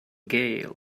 gale